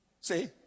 See